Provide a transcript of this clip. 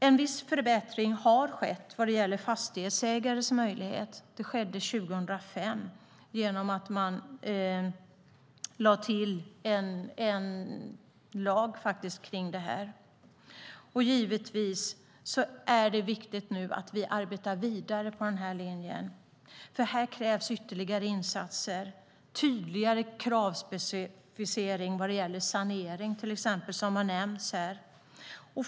En viss förbättring skedde 2005 vad gäller fastighetsägares möjligheter genom att man lade till en ny lag om detta. Givetvis är det nu viktigt att vi arbetar vidare på denna linje, för här krävs ytterligare insatser, till exempel tydligare kravspecificering för sanering, som har nämnts här.